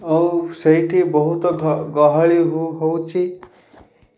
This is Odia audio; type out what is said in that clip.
ଆଉ ସେଇଠି ବହୁତ ଗହଳି ହେଉଛି